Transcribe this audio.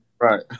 Right